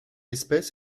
espèce